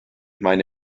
meine